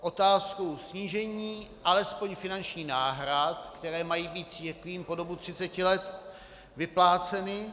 Otázku snížení alespoň finančních náhrad, které mají být církvím po dobu 30 let vypláceny.